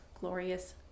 glorious